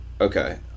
Okay